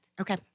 Okay